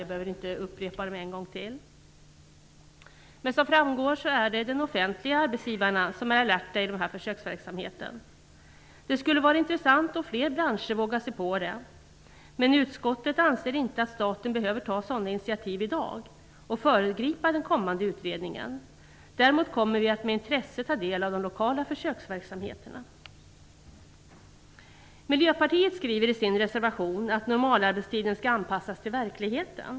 Jag behöver inte upprepa dem en gång till. Men som framgår är det de offentliga arbetsgivarna som är alerta i den här försöksverksamheten. De skulle vara intressant om fler branscher vågade sig på det. Men utskottet anser inte att staten behöver ta sådana initiativ i dag och föregripa den kommande utredningen. Däremot kommer vi att med intresse ta del av de lokala försöksverksamheterna. Miljöpartiet skriver i sin reservation att normalarbetstiden skall anpassas till verkligheten.